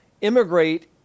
immigrate